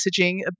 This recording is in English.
messaging